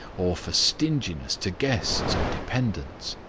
or for stinginess to guests or dependents.